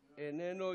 איננו.